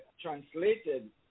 translated